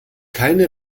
keine